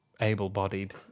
able-bodied